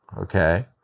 okay